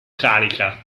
carica